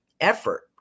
effort